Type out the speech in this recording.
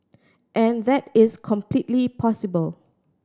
and that is completely possible